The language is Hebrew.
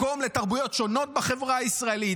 מקום לתרבויות שונות בחברה הישראלית,